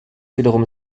wiederum